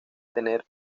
tener